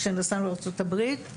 כשנסענו לארצות הברית,